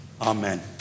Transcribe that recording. Amen